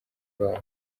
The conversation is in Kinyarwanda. babo